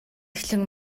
эхлэн